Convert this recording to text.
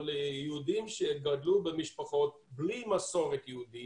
אבל יהודים שגדלו במשפחות בלי מסורת יהודית